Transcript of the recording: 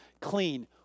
clean